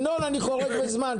ינון, אני חורג מהזמן.